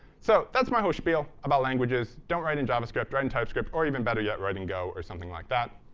so that's my whole spiel about languages. don't write in javascript. write in typescript. or even better yet, write in go or something like that.